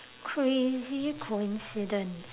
crazy coincidence